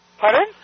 Pardon